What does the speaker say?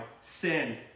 sin